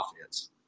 offense